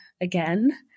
again